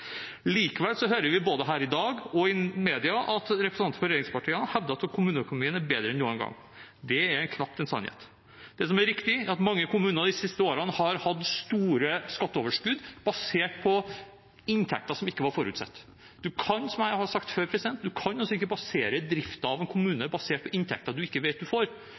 Likevel hører vi både her i dag og i media at representanter for regjeringspartiene hevder at kommuneøkonomien er bedre enn noen gang. Det er knapt en sannhet. Det som er riktig, er at mange kommuner de siste årene har hatt store skatteoverskudd basert på inntekter som ikke var forutsett. Som jeg har sagt før, kan man ikke basere driften av en kommune på inntekter man ikke vet man får.